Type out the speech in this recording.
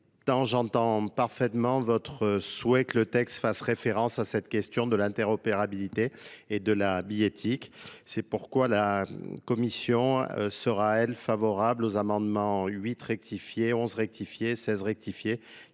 j'entends parfaitement votre souhait que le texte fasse référence à cette question de l'interopérabilité et de la billettique. c'est pourquoi la Commission sera elle favorable aux amendements huit rectifiés, 11 rectifiés, 16 rectifiés,